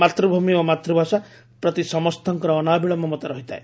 ମାତୃଭୂମି ଓ ମାତୃଭାଷା ପ୍ରତି ସମସ୍ତଙ୍କର ଅନାବିଳ ମମତା ରହିଥାଏ